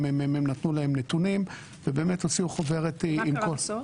ה-מ.מ.מ נתנו להם נתונים ובאמת הוציאו חוברת -- ומה קרה בסוף?